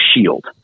shield